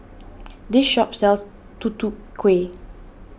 this shop sells Tutu Kueh